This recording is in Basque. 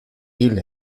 hil